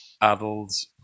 adults